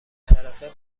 طرفه